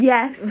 Yes